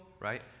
right